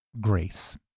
grace